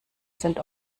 sind